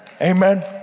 amen